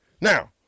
Now